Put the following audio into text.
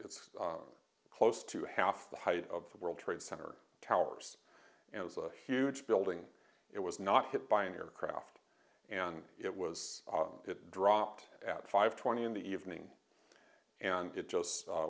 it's close to half the height of the world trade center towers and it was a huge building it was not hit by an aircraft and it was it dropped at five twenty in the evening and it just